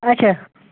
اچھا